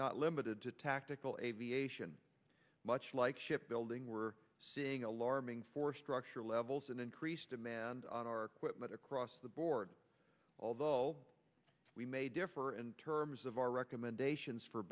not limited to tactical aviation much like shipbuilding we're seeing alarming for structural levels and increased demand on our equipment across the board although we may differ in terms of our recommendations for